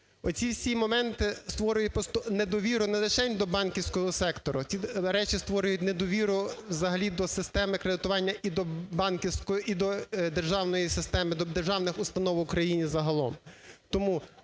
Оці всі моменти створюють просто недовіру не лишень до банківського сектору. Ці речі створюють недовіру взагалі до системи кредитування і до банківської, і до державної системи, до державних установ в Україні загалом.